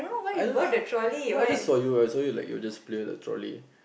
I don't know uh no I just saw you I saw you like you just played the trolley